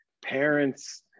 parents